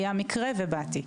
היה מקרה ובאתי.